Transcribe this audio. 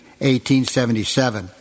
1877